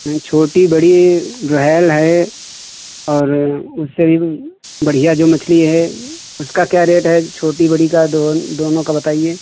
हाँ छोटी बड़ी रोहेल है और उससे बढ़िया जो मछली है उसका क्या रेट है छोटी बड़ी का दो दोनों का बताईये